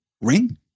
ring